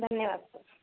धन्यवाद सर